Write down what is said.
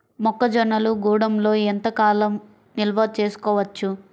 మొక్క జొన్నలు గూడంలో ఎంత కాలం నిల్వ చేసుకోవచ్చు?